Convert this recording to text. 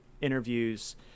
interviews